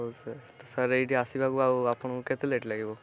ହଉ ସାର୍ ତ ସାର୍ ଏଇଠି ଆସିବାକୁ ଆଉ ଆପଣଙ୍କୁ କେତେ ଲେଟ୍ ଲାଗିବ